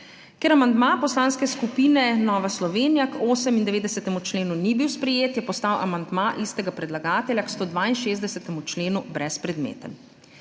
Ker amandma Poslanske skupine Nova Slovenija k 98. členu ni bil sprejet, je postal amandma istega predlagatelja k 162. členu brezpredmeten.